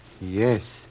Yes